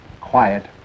quiet